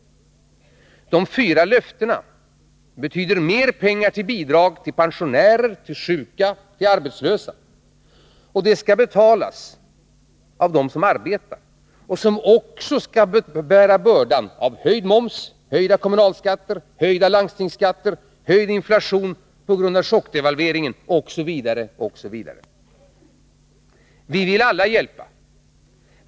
De fyra löftena betyder mer pengar till bidrag, till pensionärer, till sjuka och till arbetslösa. Det skall betalas av dem som arbetar, och de skall också bära bördan av höjd moms, höjda kommunalskatter, höjda landstingsskatter, höjd inflation på grund av chockdevalveringen osv. Vi vill alla hjälpa.